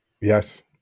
Yes